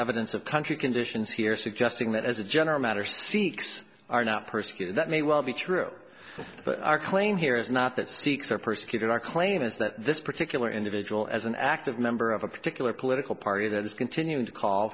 evidence of country conditions here suggesting that as a general matter sikhs are not persecuted that may well be true but our claim here is not that sikhs are persecuted our claim is that this particular individual as an active member of a particular political party that is continuing to call